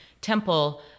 Temple